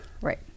Right